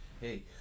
hey